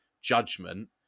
judgment